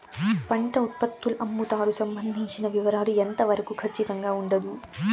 పంట ఉత్పత్తుల అమ్ముతారు సంబంధించిన వివరాలు ఎంత వరకు ఖచ్చితంగా ఉండదు?